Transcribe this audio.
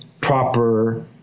proper